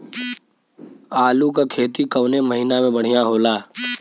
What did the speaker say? आलू क खेती कवने महीना में बढ़ियां होला?